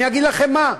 אני אגיד לכם מה: